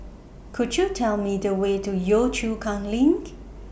Could YOU Tell Me The Way to Yio Chu Kang LINK